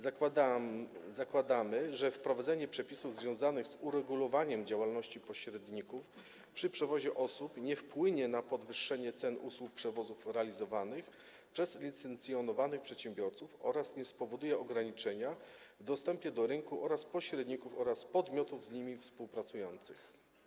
Zakładamy, że wprowadzenie przepisów związanych z uregulowaniem działalności pośredników przy przewozie osób nie wpłynie na podwyższenie cen usług przewozów realizowanych przez licencjonowanych przedsiębiorców oraz nie spowoduje ograniczenia w dostępie do rynku dla pośredników oraz podmiotów z nimi współpracujących.